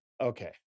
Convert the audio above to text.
Okay